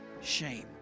shame